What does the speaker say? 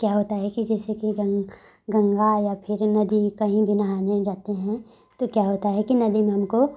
क्या होता है कि जैसे कि गंग गंगा या फिर नदी कहीं भी नहाने जाते हैं तो क्या होता है कि नदी में हमको